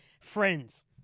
friends